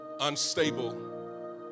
unstable